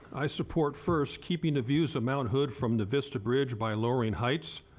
i support first keeping the views of mount hood from the vista bridge by lowering heights.